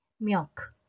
Milk